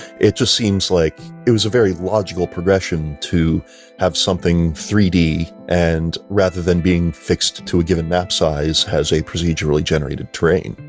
it just seems like it was a very logical progression to have something three d, and rather than being fixed to a given map size has a procedurally generated terrain.